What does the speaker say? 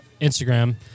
Instagram